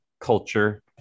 culture